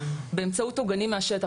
באמצעות עוגנים מהשטח.